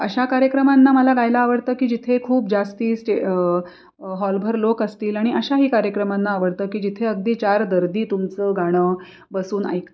अशा कार्यक्रमांना मला गायला आवडतं की जिथे खूप जास्त स्टे हॉलभर लोक असतील आणि अशाही कार्यक्रमांना आवडतं की जिथे अगदी चार दर्दी तुमचं गाणं बसून ऐकत आहेत